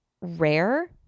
rare